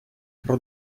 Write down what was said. про